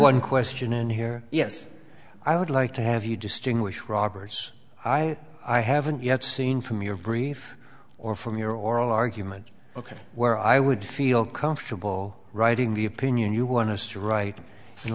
one question in here yes i would like to have you distinguish robbers i haven't yet seen from your brief or from your oral argument ok where i would feel comfortable writing the opinion you want us to write